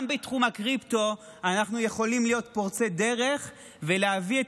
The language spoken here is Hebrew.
גם בתחום הקריפטו אנחנו יכולים להיות פורצי דרך ולהביא את